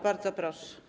Bardzo proszę.